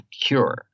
cure